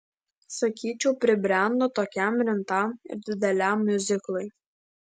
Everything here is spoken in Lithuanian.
sakyčiau pribrendo tokiam rimtam ir dideliam miuziklui